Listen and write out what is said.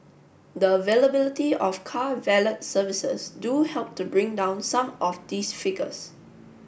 the availability of car valet services do help to bring down some of these figures